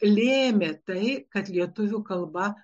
lėmė tai kad lietuvių kalba